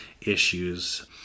issues